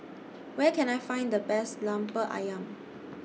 Where Can I Find The Best Lemper Ayam